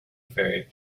very